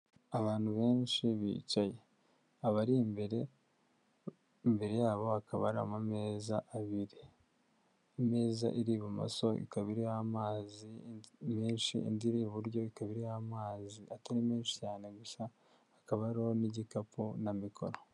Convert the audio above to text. Abantu benshi bicaye, abari imbere, imbere yabo hakaba hari amameza abiri, imeza iri ibumoso ikaba iriho amazi menshi, indi iri iburyo ikaba iriho amazi atari menshi cyane, gusa hakaba hariho n'igikapu na mikoro.